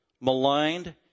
maligned